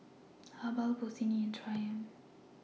Habhal Bossini and Triumph